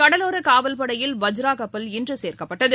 கடலோரனவல்படையில் வஜ்ரா கப்பல் இன்றுசேர்க்கப்பட்டது